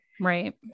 right